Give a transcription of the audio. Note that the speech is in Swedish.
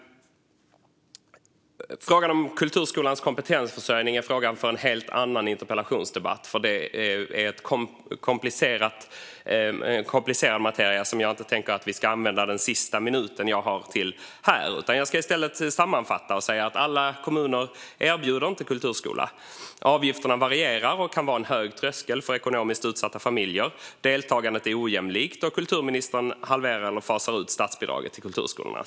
Kulturskolans kompetensförsörjning är en fråga för en helt annan interpellationsdebatt. Det är komplicerad materia, och jag vill inte använda min sista minut här för att diskutera den. Jag ska i stället sammanfatta. Alla kommuner erbjuder inte kulturskola. Avgifterna varierar och kan vara en hög tröskel för ekonomiskt utsatta familjer. Deltagandet är ojämlikt, och kulturministern halverar eller fasar ut statsbidraget till kulturskolorna.